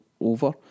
over